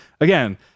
Again